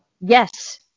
Yes